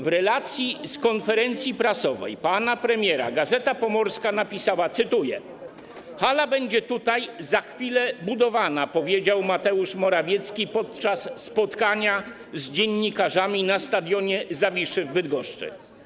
W relacji z konferencji prasowej pana premiera „Gazeta Pomorska” napisała, cytuję: Hala będzie tutaj za chwilę budowana - powiedział Mateusz Morawiecki podczas spotkania z dziennikarzami na Stadionie Zawiszy w Bydgoszczy.